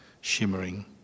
shimmering